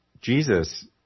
Jesus